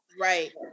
Right